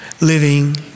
living